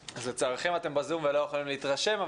לצערכם אתם בזום ולא יכולים להתרשם,